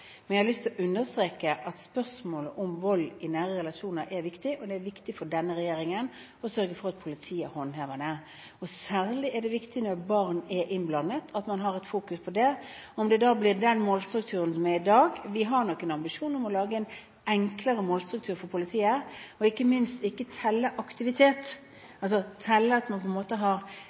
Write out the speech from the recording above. Jeg har lyst til å understreke at spørsmålet om vold i nære relasjoner er viktig. Det er viktig for denne regjeringen å sørge for politiets håndhevelse på dette området. Særlig er det viktig at man fokuserer på dette når barn er innblandet – om dette da blir i den målstrukturen som er i dag. Vi har nok en ambisjon om å lage en enklere målstruktur for politiet – ikke minst ikke telle aktivitet, dvs. sette merkelapper på enkelte politifolk slik at